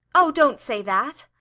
oh, don't say that!